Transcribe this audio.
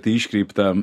tai iškreipta